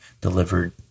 delivered